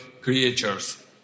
creatures